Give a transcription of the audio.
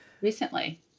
recently